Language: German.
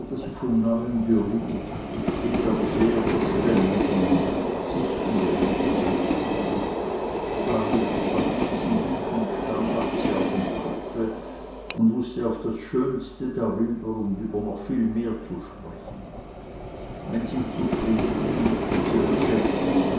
von neuem gerührt hielt aber sehr verständige und sichtende reden darüber alles was in diesen büchern stand hatte sie auch im kopfe und wußte auf das schönste darüber und über noch viel mehr zu sprechen wenn sie zufrieden und nicht zu sehr beschäftigt